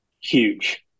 huge